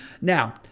Now